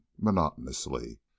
monotonously